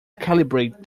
calibrate